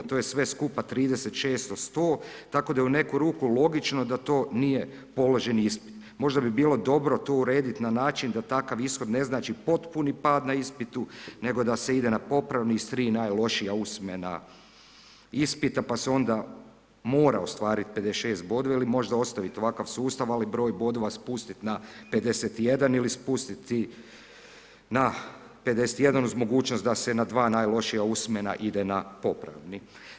To je sve skupa 36 od 100 tako da je u neku ruku logično da to nije položen ispit, možda bi bilo dobro to uredit na način da takav ishod ne znači potpuni pad na ispitu, nego da se ide na popravni iz tri najlošija usmena ispita pa se onda mora ostvarit 56 bodova ili možda ostavit ovakav sustav, ali broj bodova spustit na 51 ili spustiti na 51 uz mogućnost da se na dva najlošija usmena ide na popravni.